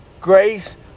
grace